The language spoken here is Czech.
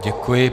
Děkuji.